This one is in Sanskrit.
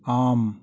आम्